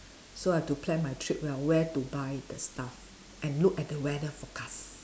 so I have to plan my trip well where to buy the stuff and look at the weather forecast